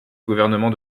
gouvernements